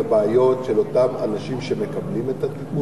לבעיות של אותם אנשים שמקבלים את הטיפול?